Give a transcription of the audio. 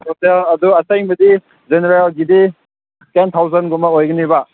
ꯑꯗ ꯑꯗꯣ ꯑꯇꯩꯕꯨꯗꯤ ꯖꯦꯅꯔꯦꯜꯒꯤꯗꯤ ꯇꯦꯟ ꯊꯥꯎꯖꯟꯒꯨꯝꯕ ꯑꯣꯏꯒꯅꯦꯕ